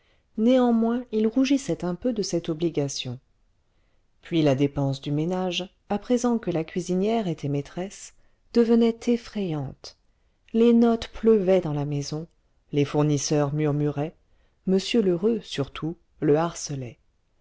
néanmoins il rougissait un peu de cette obligation puis la dépense du ménage à présent que la cuisinière était maîtresse devenait effrayante les notes pleuvaient dans la maison les fournisseurs murmuraient m lheureux surtout le harcelait